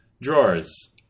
drawers